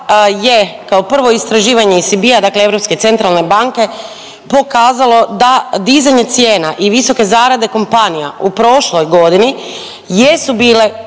je kao prvo istraživanje ECB-a dakle Europske centralne banke pokazalo da dizanje cijena i visoke zarade kompanija u prošloj godini jesu bile